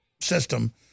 system